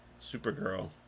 supergirl